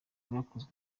bwakozwe